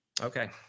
Okay